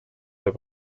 der